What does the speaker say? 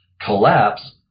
collapse